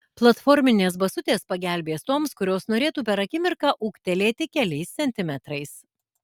platforminės basutės pagelbės toms kurios norėtų per akimirką ūgtelėti keliais centimetrais